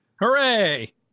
Hooray